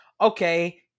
Okay